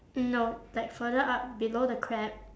no like further up below the crab